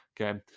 Okay